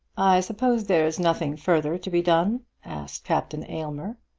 suppose there's nothing further to be done? asked captain aylmer.